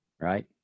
Right